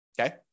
Okay